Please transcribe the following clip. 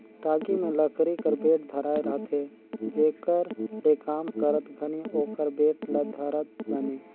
टागी मे लकरी कर बेठ धराए रहथे जेकर ले काम करत घनी ओकर बेठ ल धरत बने